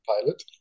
pilot